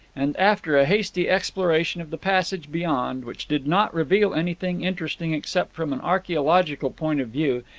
and after a hasty exploration of the passage beyond which did not reveal anything interesting except from an archaeological point of view,